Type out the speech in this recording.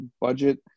budget